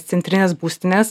centrinės būstinės